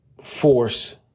force